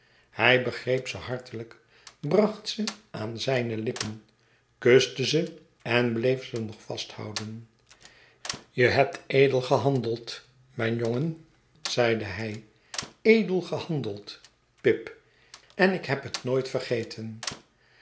hij greep ze hartelijk bracht ze aan zijne lippen kuste ze en bleef ze nog vasthouden je hebt edel gehandeld mijn jongen zeide hij edel gehandeld pip en ik hebhetnooit vergeten